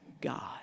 God